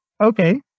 okay